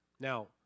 Now